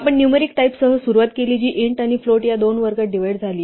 आपण न्यूमेरिक टाईपसह सुरुवात केली जी int आणि float या दोन वर्गात डिव्हाइड झाली